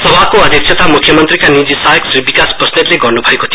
सभाको अध्यक्षता मुख्यमन्त्रीका नीजि सहायक श्री विकास बस्नेतले गर्नुभएको थियो